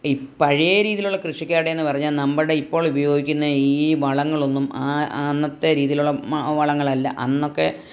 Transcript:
ഈ പഴയ രീതിയിലുള്ള കൃഷിക്കാരുടെ എന്ന് പറഞ്ഞാൽ നമ്മളുടെ ഇപ്പോൾ ഉപയോഗിക്കുന്ന ഈ വളങ്ങളൊന്നും ആ അന്നത്തെ രീതിയിലുള്ള വളങ്ങളല്ല അന്നൊക്കെ